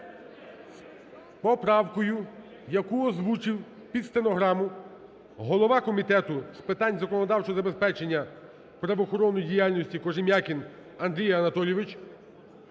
поправкою, яку озвучив під стенограму голова Комітету з питань законодавчого забезпечення правоохоронної діяльності Кожем'якін Андрій Анатолійович